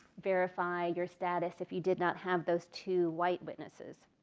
verify your status if you did not have those two white witnesses.